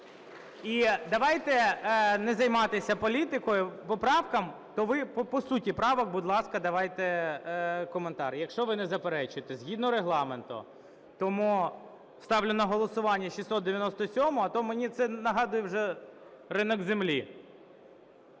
І давайте не займатися політикою. По правкам, то ви по суті правок, будь ласка, давайте коментар, якщо ви не заперечуєте, згідно Регламенту. Тому ставлю на голосування 697. А то мені це нагадує вже ринок землі.